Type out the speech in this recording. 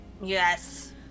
Yes